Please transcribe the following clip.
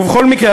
ובכל מקרה,